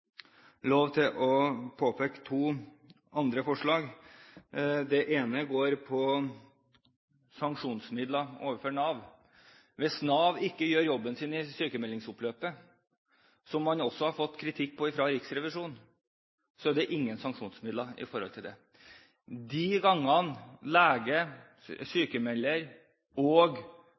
lov til å peke på to andre forslag. Det ene går på sanksjonsmidler overfor Nav. Hvis Nav ikke gjør jobben sin i sykmeldingsoppløpet – som man også har fått kritikk for fra Riksrevisjonen – er det ingen sanksjonsmidler i forhold til det. De gangene leger sykmelder, og